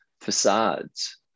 facades